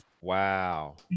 Wow